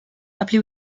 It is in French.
appelé